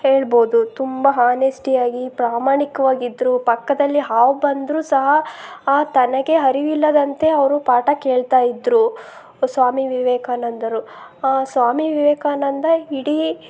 ಹೇಳ್ಬೋದು ತುಂಬ ಹಾನೆಸ್ಟಿಯಾಗಿ ಪ್ರಾಮಾಣಿಕವಾಗಿದ್ದರು ಪಕ್ಕದಲ್ಲಿ ಹಾವು ಬಂದರೂ ಸಹ ತನಗೆ ಅರಿವಿಲ್ಲದಂತೆ ಅವರು ಪಾಠ ಕೇಳ್ತಾ ಇದ್ದರು ಸ್ವಾಮಿ ವಿವೇಕಾನಂದರು ಸ್ವಾಮಿ ವಿವೇಕಾನಂದ ಇಡೀ